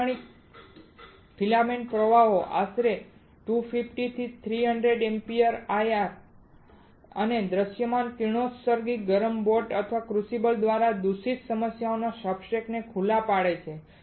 લાક્ષણિક ફિલામેન્ટ પ્રવાહો આશરે 250 થી 300 એમ્પીયર IR અને દૃશ્યમાન કિરણોત્સર્ગ ગરમ બોટ અથવા ક્રુસિબલ દ્વારા દૂષિત સમસ્યાઓના સબસ્ટ્રેટ્સને ખુલ્લા પાડે છે